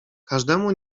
każdemu